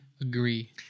agree